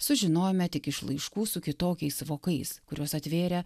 sužinojome tik iš laiškų su kitokiais vokais kuriuos atvėrę